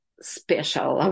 special